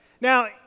Now